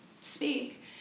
speak